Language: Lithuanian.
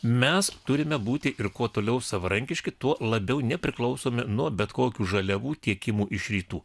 mes turime būti ir kuo toliau savarankiški tuo labiau nepriklausomi nuo bet kokių žaliavų tiekimų iš rytų